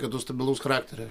kad tu stabilaus charakterio